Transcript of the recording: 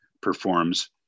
performs